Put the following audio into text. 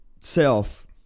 Self